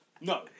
No